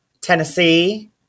Tennessee